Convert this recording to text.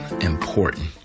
important